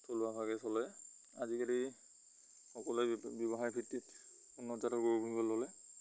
থলুৱাভাগে চলে আজিকালি সকলোৱে ব্যৱসায় ভিত্তিত উন্নত জাতৰ গৰু পুহিবলৈ ল'লে